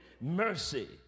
mercy